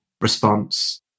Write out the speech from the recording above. response